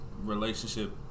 relationship